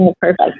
perfect